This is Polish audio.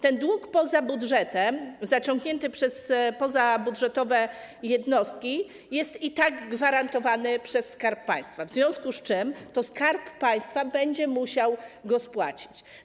Ten dług poza budżetem zaciągnięty przez pozabudżetowe jednostki jest i tak gwarantowany przez Skarb Państwa, w związku z czym to Skarb Państwa będzie musiał go spłacić.